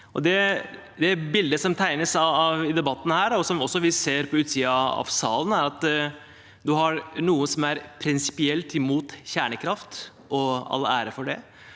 Det bildet som tegnes i debatten, og som vi også ser utenfor salen, er at man har noen som er prinsipielt imot kjernekraft – all ære for det.